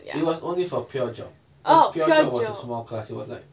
it was only for pure geog cause pure geog was a small class it was like